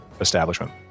establishment